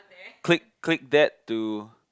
click that to